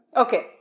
okay